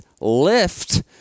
Lift